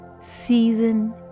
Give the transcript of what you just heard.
season